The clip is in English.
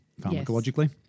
pharmacologically